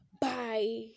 Bye